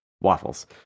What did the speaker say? waffles